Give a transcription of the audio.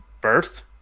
birth